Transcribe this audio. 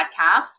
Podcast